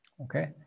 Okay